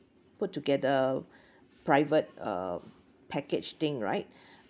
put together private uh package thing right